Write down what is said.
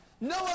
No